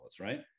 right